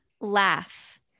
Laugh